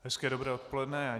Hezké dobré odpoledne.